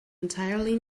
entirely